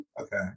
Okay